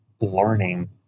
learning